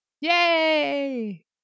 Yay